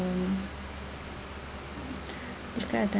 describe a time